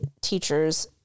teacher's